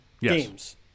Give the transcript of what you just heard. games